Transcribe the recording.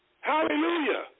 Hallelujah